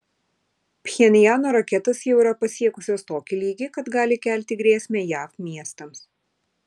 pchenjano raketos jau yra pasiekusios tokį lygį kad gali kelti grėsmę jav miestams